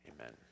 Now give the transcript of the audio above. Amen